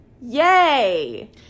Yay